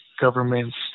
governments